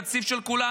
הוא תקציב של כולנו,